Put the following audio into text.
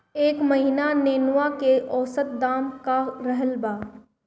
एह महीना नेनुआ के औसत दाम का रहल बा?